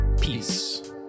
Peace